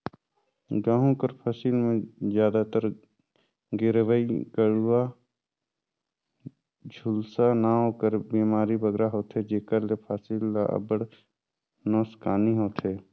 गहूँ कर फसिल में जादातर गेरूई, कंडुवा, झुलसा नांव कर बेमारी बगरा होथे जेकर ले फसिल ल अब्बड़ नोसकानी होथे